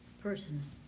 persons